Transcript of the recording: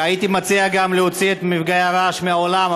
הייתי מציע להוציא את מפגעי הרעש מהאולם,